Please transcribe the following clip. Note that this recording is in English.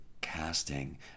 casting